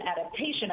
adaptation